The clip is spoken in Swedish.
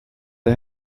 det